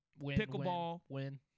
pickleball